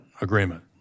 agreement